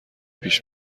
پیش